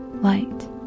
light